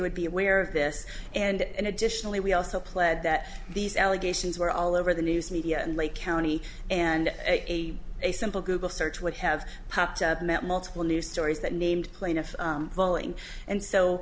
would be aware of this and additionally we also pled that these allegations were all over the news media in lake county and a a simple google search would have meant multiple news stories that named plaintiff falling and so